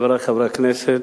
חברי חברי הכנסת,